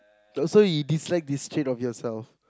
oh so you dislike this trait of yourself